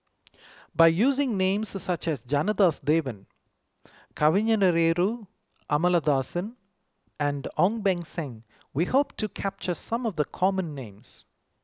by using names such as Janadas Devan Kavignareru Amallathasan and Ong Beng Seng we hope to capture some of the common names